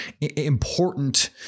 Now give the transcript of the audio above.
important